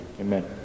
Amen